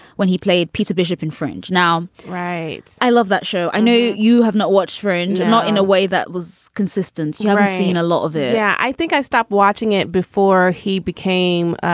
when he played peter bishop and fringe now. right. i love that show. i know you have not watched fringe. not in a way that was consistent. you have seen a lot of it yeah i think i stopped watching it before he became